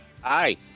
Hi